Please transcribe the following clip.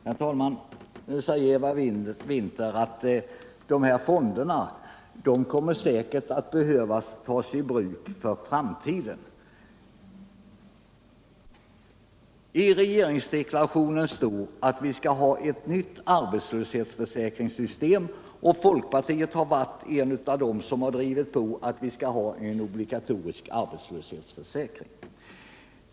Herr talman! Eva Winther säger att arbetslöshetsfonden säkert kommer att behöva tas i anspråk i framtiden. I regeringsdeklarationen står att vi skall få ett nytt arbetslöshetsförsäkringssystem, och folkpartiet har varit pådrivande för att vi skall få en obligatorisk arbetslöshetsförsäkring.